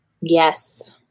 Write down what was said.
Yes